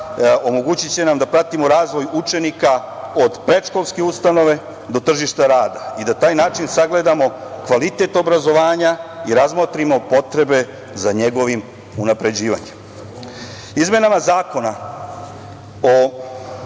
omogućiće nam da pratimo razvoj učenika od predškolske ustanove do tržišta rada i da taj način sagledamo kvalitet obrazovanja i razmotrimo potrebe za njegovim unapređivanjem. Izmenama Zakona o